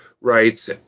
rights